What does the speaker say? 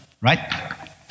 right